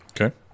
Okay